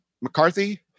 McCarthy